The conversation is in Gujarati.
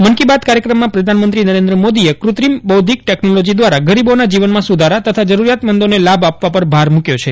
મન કી બાત કાર્યક્રમમાં પ્રધાનમંત્રી નરેન્દ્ર મોદીએ કૃત્રિમ બૌદ્ધિક ટેકનોલોજી દ્વારા ગરીબોના જીવનમાં સુધારા તથા જરૂરિયાતમંદ ને લાભ આપવા પર ભાર મૂક્યો છે